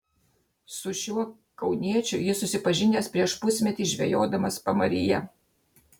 su šiuo kauniečiu jis susipažinęs prieš pusmetį žvejodamas pamaryje